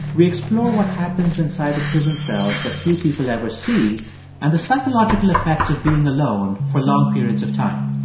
we explore what happens inside the prison cells that few people ever see and the psychological effects of being alone for long periods of time.